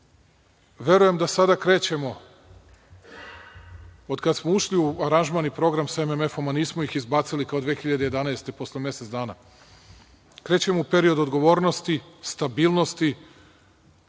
da sada krećemo, otkad smo ušli u aranžman i program sa MMF-om, a nismo ih izbacili kao 2011. godine posle mesec dana, krećemo u period odgovornosti, stabilnosti